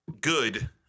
good